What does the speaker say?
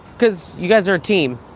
cause you guys are a team.